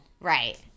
right